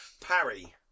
parry